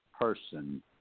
person